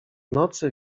nocy